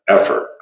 effort